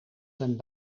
zijn